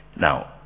Now